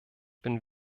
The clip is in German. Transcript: bin